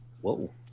Whoa